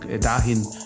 dahin